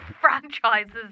franchises